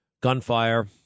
gunfire